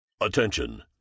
Attention